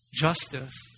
justice